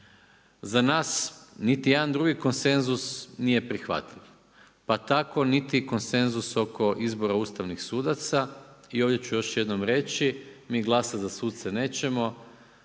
za nas niti jedan drugi konsenzus nije prihvatljiv pa tako niti konsenzus oko izbora ustavnih sudaca. I ovdje ću još jednom reći, mi glasat za suce nećemo